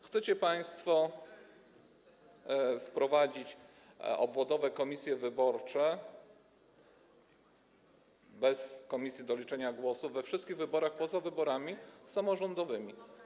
Chcecie państwo wprowadzić obwodowe komisje wyborcze bez komisji do liczenia głosów we wszystkich wyborach poza wyborami samorządowymi.